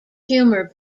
humor